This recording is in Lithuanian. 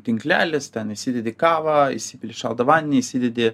tinklelis ten įsidedi kavą įsipili šaltą vandenį įsidedi